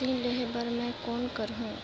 Machine लेहे बर मै कौन करहूं?